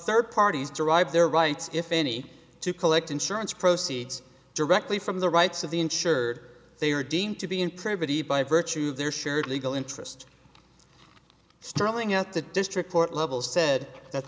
third parties derive their rights if any to collect insurance proceeds directly from the rights of the insured they are deemed to be in privity by virtue of their shared legal interest sterling at the district court level said that